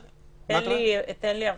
תן לי אבחנה.